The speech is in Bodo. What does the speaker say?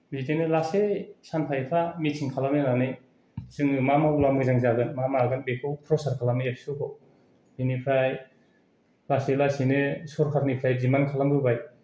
बिदिनो लासै सानफा एफा मिथिं खालामलायनानै जोङो मा मावबोला मोजां जागोन मा मागोन बेखौ प्रसार खालामनो एबसुखौ बेनिफ्राय लासै लासैनो सरकारनिफ्राय डिमान्ड खालामबोबाय